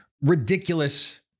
ridiculous